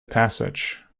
passage